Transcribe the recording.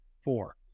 four